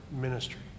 ministry